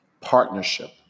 partnership